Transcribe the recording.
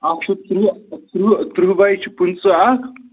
اَکھ چھُو ترٕٛہ ترٕٛہ باے چھِ پٕنٛژٕہ اَکھ